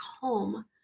home